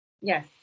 Yes